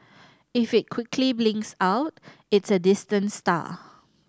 if it quickly blinks out it's a distant star